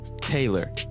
Taylor